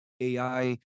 AI